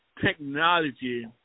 technology